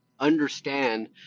understand